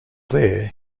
there